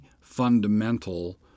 fundamental